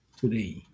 today